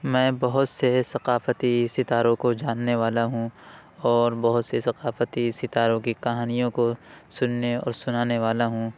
میں بہت سے ثقافتی ستاروں کو جاننے والا ہوں اور بہت سے ثقافتی ستاروں کی کہانیوں کو سننے اور سنانے والا ہوں